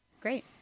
Great